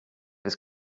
his